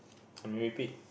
repeat